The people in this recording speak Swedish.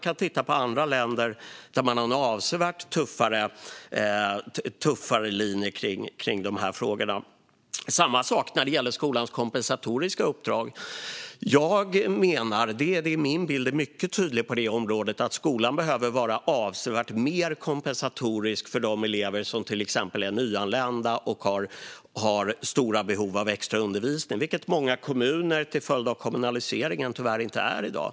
Det finns andra länder som har avsevärt tuffare linje när det gäller de frågorna. Samma sak gäller skolans kompensatoriska uppdrag. Min bild är mycket tydlig på det området. Jag menar att skolan behöver vara avsevärt mer kompensatorisk för till exempel de elever som är nyanlända och har stora behov av extra undervisning. Många kommuner är, till följd av kommunaliseringen, tyvärr inte det i dag.